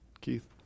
Keith